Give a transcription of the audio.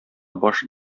баш